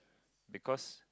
because